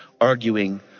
arguing